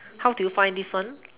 how do you find this one